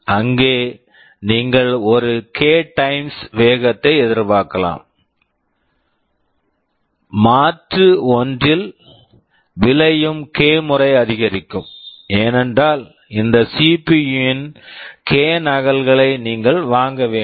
அங்கே நீங்கள் ஒரு கே k டைம்ஸ் times வேகத்தை எதிர்பார்க்கலாம் மாற்று 1 ல் விலையும் கே k முறை அதிகரிக்கும் ஏனென்றால் இந்த சிபியு CPU ன் கே k நகல்களை நீங்கள் வாங்க வேண்டும்